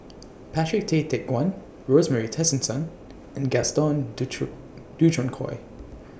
Patrick Tay Teck Guan Rosemary Tessensohn and Gaston Dutronquoy